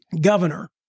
Governor